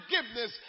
forgiveness